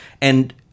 And-